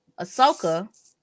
Ahsoka